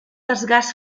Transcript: desgast